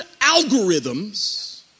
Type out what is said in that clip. algorithms